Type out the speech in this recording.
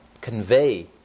convey